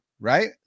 right